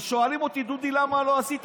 ושואלים אותי: דודי, למה לא עשית?